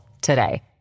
today